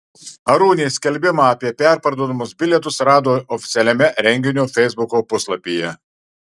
arūnė skelbimą apie perparduodamus bilietus rado oficialiame renginio feisbuko puslapyje